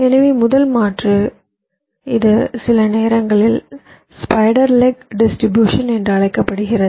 எனவே முதல் மாற்று இது சில நேரங்களில் ஸ்பைடர் லெக் டிஸ்ட்ரிபியூஷன் என்று அழைக்கப்படுகிறது